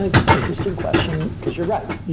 like that's an interesting question, because you're right,